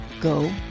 go